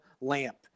lamp